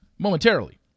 Momentarily